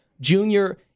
Junior